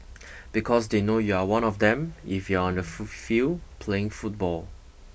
because they know you are one of them if you are on the field playing football